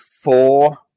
four